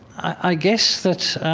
i guess that's